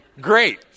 Great